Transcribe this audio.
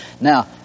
Now